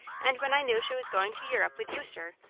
and when i knew she was going to europe with you, sir,